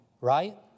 right